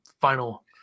final